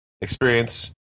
experience